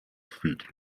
feet